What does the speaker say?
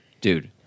Dude